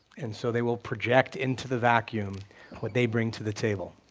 and so they will project into the vacuum what they bring to the table,